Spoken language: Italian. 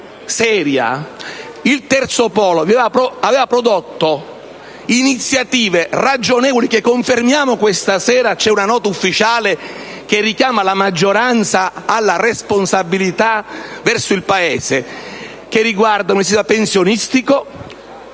il Terzo Polo aveva prodotto iniziative ragionevoli, che confermiamo questa sera (c'è una nota ufficiale che richiama la maggioranza alla responsabilità verso il Paese), che riguardano: il sistema pensionistico;